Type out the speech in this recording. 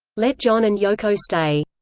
let john and yoko stay!